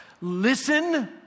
Listen